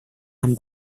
amb